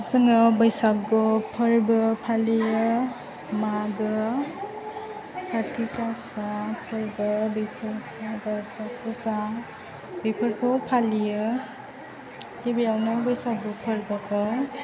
जोङो बैसागु फोरबो फालियो मागो कारतिक गासा फोरबो बेफोर गार्जा फुजा बेफोरखौ फालियो गिबियावनो बैसागु फोरबोखौ